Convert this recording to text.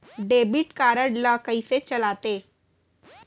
Debit card ला कइसे चलाते?